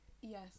yes